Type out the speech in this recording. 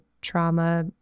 trauma